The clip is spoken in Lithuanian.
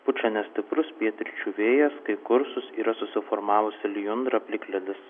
pučia nestiprus pietryčių vėjas kai kur sus yra susiformavusi lijundra plikledis